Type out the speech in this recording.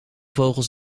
vogels